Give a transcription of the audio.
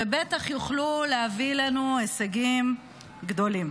שבטח יוכלו להביא לנו הישגים גדולים.